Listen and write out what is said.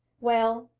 well,